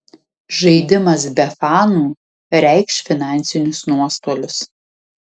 žaidimas be fanų reikš finansinius nuostolius